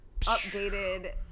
updated